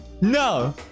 No